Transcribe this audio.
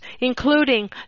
including